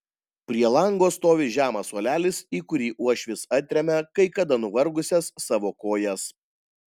prie lango stovi žemas suolelis į kurį uošvis atremia kai kada nuvargusias savo kojas